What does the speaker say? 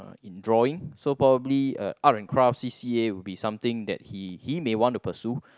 uh in drawing so probably uh art and craft C_C_A would be something that he he may want to pursue